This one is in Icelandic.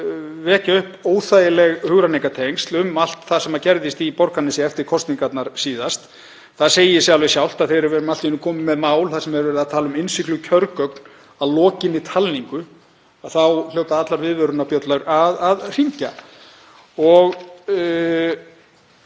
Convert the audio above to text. kom í gær upp óþægileg hugrenningatengsl um allt það sem gerðist í Borgarnesi eftir kosningarnar síðast. Það segir sig alveg sjálft að þegar við erum allt í einu komin með mál þar sem er verið að tala um innsigluð kjörgögn að lokinni talningu þá hljóta allar viðvörunarbjöllur að hringja.